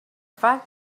fact